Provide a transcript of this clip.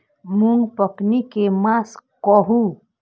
मूँग पकनी के मास कहू?